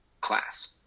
class